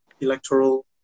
electoral